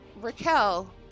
Raquel